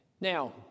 Now